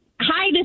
Hi